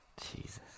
Jesus